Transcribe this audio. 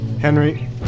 Henry